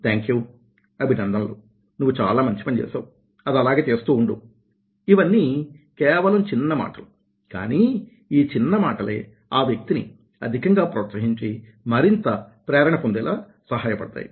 thank you అభినందనలు నువ్వు చాలా మంచి పని చేసావ్ అది అలాగే చేస్తూ ఉండు ఇవన్నీ కేవలం చిన్న మాటలు కానీ ఈ చిన్న మాటలే ఆ వ్యక్తిని అధికంగా ప్రోత్సహించి మరింత ప్రేరణ పొందేలా సహాయపడతాయి